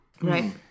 Right